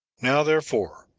now therefore,